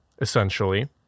essentially